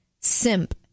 simp